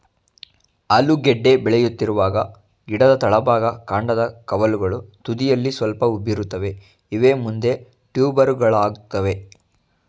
ಆಲೂಗೆಡ್ಡೆ ಬೆಳೆಯುತ್ತಿರುವಾಗ ಗಿಡದ ತಳಭಾಗ ಕಾಂಡದ ಕವಲುಗಳು ತುದಿಯಲ್ಲಿ ಸ್ವಲ್ಪ ಉಬ್ಬಿರುತ್ತವೆ ಇವೇ ಮುಂದೆ ಟ್ಯೂಬರುಗಳಾಗ್ತವೆ